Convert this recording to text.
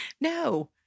No